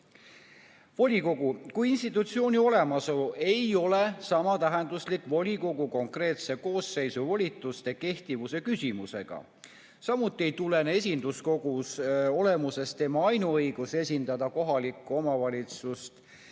Volikogu kui institutsiooni olemasolu ei ole samatähenduslik volikogu konkreetse koosseisu volituste kehtivuse küsimusega. Samuti ei tulene esinduskogu olemusest tema ainuõigus esindada kohalikku omavalitsust